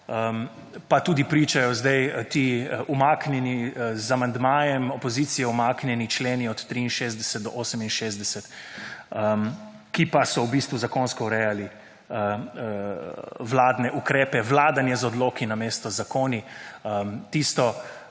pa tudi pričajo sedaj ti umaknjeni z amandmajem opozicije umaknjeni členi od 63. do 68., ki pa so v bistvu zakonsko urejali vladne ukrepe, vladanje z odloki namesto z zakoni. Tisto,